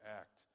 act